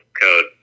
code